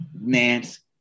Nance